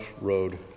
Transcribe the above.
road